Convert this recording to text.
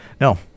No